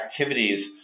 activities